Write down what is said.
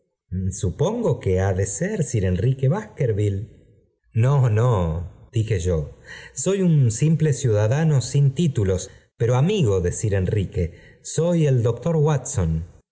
supongo que ha de eer sir enrique baskervill j no no dije soy un simple ciudadano sm títulos pero amigo de sir enrique soy el doctor afcson